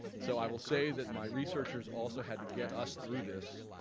so i will say that my researchers also had to get us through this.